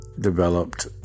developed